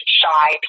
shy